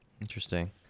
Interesting